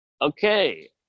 okay